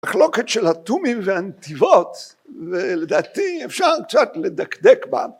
המחלוקת של התומים והנתיבות, לדעתי אפשר קצת לדקדק בה...